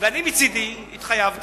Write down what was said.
ואני מצדי התחייבתי,